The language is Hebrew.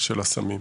של הסמים?